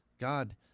God